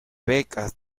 becas